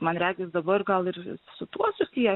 man regis dabar gal ir su tuo susiję